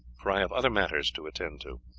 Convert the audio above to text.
for i have other matters to attend to.